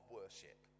worship